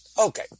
okay